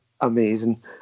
amazing